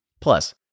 Plus